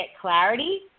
clarity